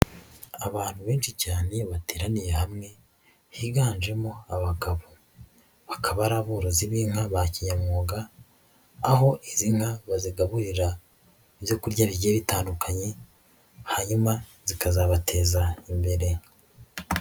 Abantu benshi cyane bateraniye hamwe higanjemo abagabo, bakaba ari aborozi b'inka ba kinyamwuga aho izi nka bazigaburira ibyo kurya bigiye bitandukanye hanyuma zikazabateza imbere.